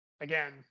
again